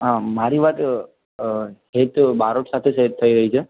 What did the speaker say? હં મારી વાત હેત બારોટ સાથે થઇ રહી છે